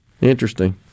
Interesting